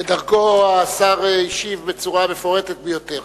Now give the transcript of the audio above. כדרכו, השר השיב בצורה מפורטת ביותר.